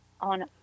on